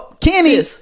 Kenny